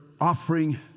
offering